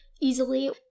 easily